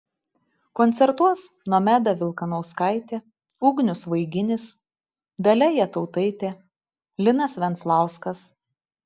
koncertuos nomeda vilkanauskaitė ugnius vaiginis dalia jatautaitė linas venclauskas